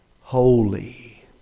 holy